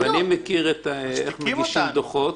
-- ואני מכיר איך את מגישה דוחות.